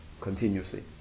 continuously